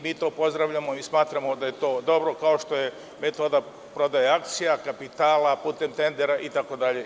Mi to pozdravljamo i smatramo da je to dobro, kao što je i metoda prodaje akcija, kapitala, putem tendera itd.